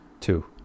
Two